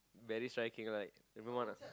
very striking right I don't want ah